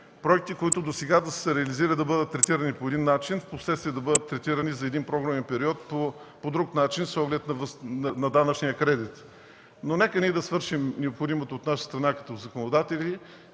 проекти, които досега са се реализирали, да бъдат третирани по един начин, впоследствие да бъдат третирани за един програмен период по друг начин, с оглед на данъчния кредит. Но нека ние да свършим необходимото от наша страна като законодатели